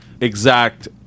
exact